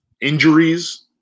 injuries